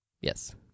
Yes